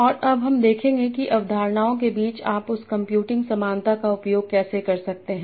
और अब हम देखेंगे कि अवधारणाओं के बीच आप उस कंप्यूटिंग समानता का उपयोग कैसे कर सकते हैं